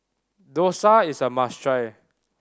dosa is a must try